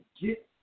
get